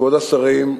כבוד השרים,